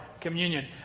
communion